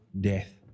death